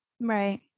Right